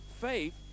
faith